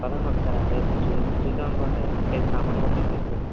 పదండి ఒకసారి అంటే చూస్ చూసాను అనుకోండి పైప్ సామనులు కూడా తెచ్చు కోవచ్చు